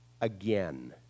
again